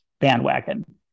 bandwagon